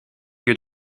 lieu